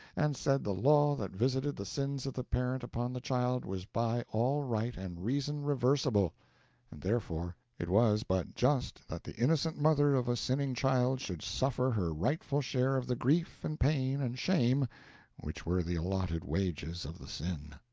and said the law that visited the sins of the parent upon the child was by all right and reason reversible and therefore it was but just that the innocent mother of a sinning child should suffer her rightful share of the grief and pain and shame which were the allotted wages of the sin.